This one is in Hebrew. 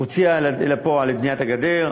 הוציאה לפועל את בניית הגדר.